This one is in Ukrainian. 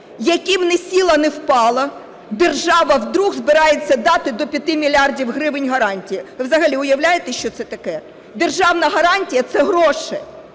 яким "не сіло не впало" держава вдруг збирається дати до 5 мільярдів гривень гарантій. Ви взагалі уявляєте, що це таке? Державна гарантія - це гроші.